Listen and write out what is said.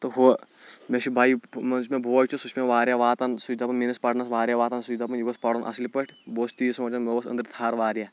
تہٕ ہُہ مےٚ چھِ بَایہِ مان ژٕ یُس مےٚ بوے چھُ سُہ چھ مےٚ واریاہ واتَان سُہ چھِ دَپَان میٲنِس پَرنَس واریاہ واتَان سُہ چھِ دَپَان یہِ گوٚژھ پَرُن اَصِل پٲٹھۍ بہٕ اوسُس تیی سونٛچان مےٚ ؤژھ أندٕرۍ تھَر واریاہ